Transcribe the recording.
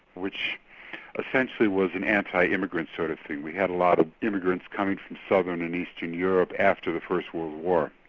which essentially was an anti-immigrant sort of thing. we had a lot of immigrants coming from southern and eastern europe after the first world war.